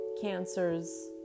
cancers